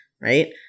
right